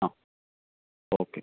ആ ഓക്കെ